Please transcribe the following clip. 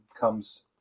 comes